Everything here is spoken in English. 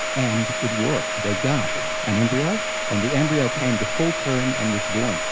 and it worked. they got an embryo and the embryo came to full term and was born.